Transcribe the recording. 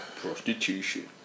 Prostitution